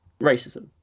racism